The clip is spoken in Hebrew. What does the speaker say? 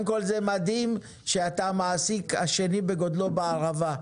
קודם כל זה מדהים שאתה המעסיק השני בגודלו בערבה.